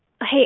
hey